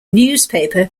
newspaper